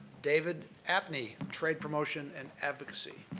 david apne, trade promotion and advocacy.